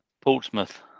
Portsmouth